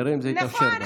נראה אם זה יתאפשר לנו.